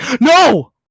No